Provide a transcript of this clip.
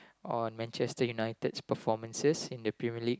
on Manchester-United's performances in the Premier League